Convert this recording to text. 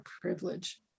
privilege